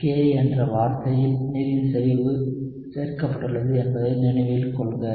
Ka என்ற வார்த்தையில் நீரின் செறிவு சேர்க்கப்பட்டுள்ளது என்பதை நினைவில் கொள்க